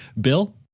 Bill